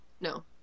No